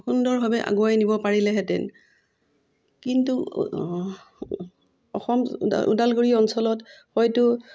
সুন্দৰভাৱে আগুৱাই নিব পাৰিলেহেঁতেন কিন্তু অসম ওদালগুৰি অঞ্চলত হয়তো